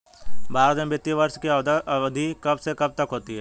भारत में वित्तीय वर्ष की अवधि कब से कब तक होती है?